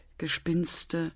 Gespinste